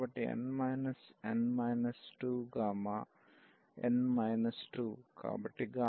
కాబట్టి n minus n minus 2 gamma n minus 2 కాబట్టి n 2Γ